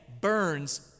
burns